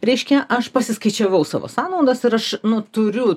reiškia aš pasiskaičiavau savo sąnaudas ir aš nu turiu